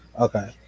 Okay